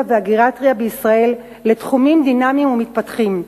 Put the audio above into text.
והגריאטריה בישראל לתחומים דינמיים ומתפתחים.